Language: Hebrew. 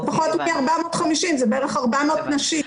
זה פחות מ-450, זה בערך 400 נשים.